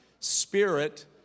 spirit